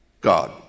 God